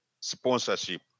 sponsorship